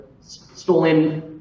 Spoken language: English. stolen